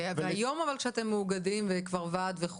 היום כשאתם מאוגדים ואתם כבר ועד,